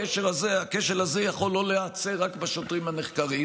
הכשל הזה יכול לא להיעצר רק בשוטרים הנחקרים,